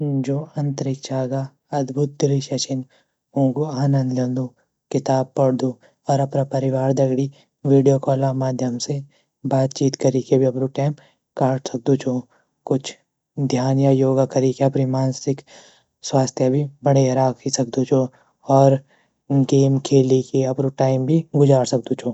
जू अंतरिक्छा ग अद्भुद दृश्य छीन ऊँगू आनंद ल्यन्दु किताब पढ़दू और अपरा परिवार दगड़ी वीडियो कॉल आ माध्यम से बातचीत करी के भी अपरू टेम काट सक़दू छो कुछ ध्यान या योगा करी के अपरि मानसिक स्वास्त्य भी बणे राखी सकदू छो और गेम खेली के अपरू टाईम भी गुज़ार सकदू छो।